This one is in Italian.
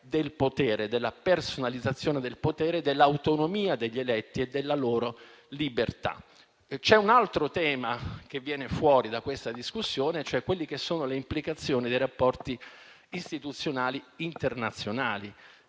del potere, della personalizzazione del potere, dell'autonomia degli eletti e della loro libertà. Un altro tema che viene fuori da questa discussione è quello delle implicazioni dei rapporti istituzionali internazionali.